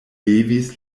levis